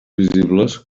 visibles